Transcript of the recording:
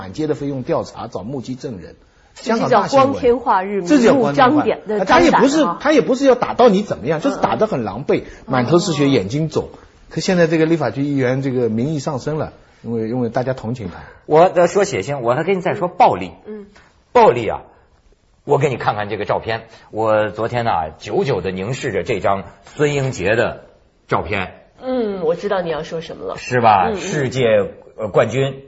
满街的菲佣调查，找目击证人，这就叫香港大新闻。光天化日。这就叫光天化日，明目张胆的，啊，他也不是-张胆了啊。他也不是要打到你怎么样，嗯。就是打得很狼狈，满头是血，嗯。眼睛肿。嗯。可现在这个立法局议员这个民意上升了，因为- 因为大家同情他。我在说血腥，我还跟你再说暴力。嗯。暴力啊，我给你看看这个照片。我昨天呐，久久地凝视着这张孙英杰的照片。嗯，我知道你要说什么了。是吧？嗯，嗯。世界，呃，冠军